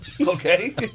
Okay